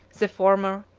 the former,